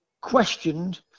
questioned